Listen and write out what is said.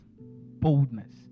boldness